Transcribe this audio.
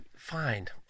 find